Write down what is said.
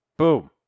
boom